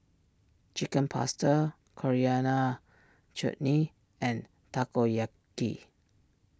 Chicken Pasta Coriander Chutney and Takoyaki